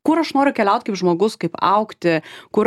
kur aš noriu keliaut kaip žmogus kaip augti kur